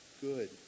good